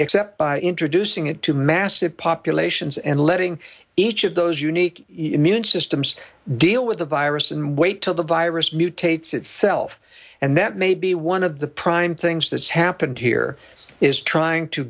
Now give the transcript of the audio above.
except by introducing it to massive populations and letting each of those unique immune systems deal with the virus and wait till the virus mutates itself and that may be one of the prime things that's happened here is trying to